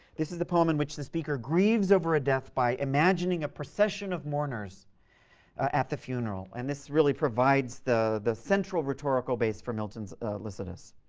this is the poem in which the speaker grieves over a death by imagining a procession of mourners at the funeral. and this really provides the the central rhetorical base for milton's lycidas.